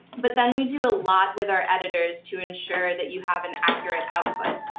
but then we do a lot with our editors to ensure that you have an accurate output.